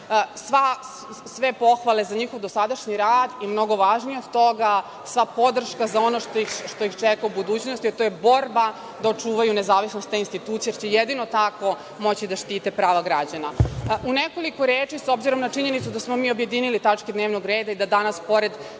sve pohvale za njihov dosadašnji rad i mnogo važnije od toga, sva podrška za ono što ih čeka u budućnosti, a to je borba da očuvaju nezavisnost te institucije, jer će jedino tako moći da štite prava građana.U nekoliko reči, s obzirom na činjenicu da smo mi objedinili tačke dnevnog reda i da danas, pored